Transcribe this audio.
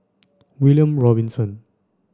William Robinson